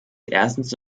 erstens